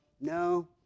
No